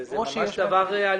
זה ממש דבר עלום.